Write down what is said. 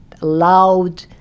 loud